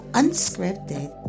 unscripted